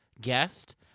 guest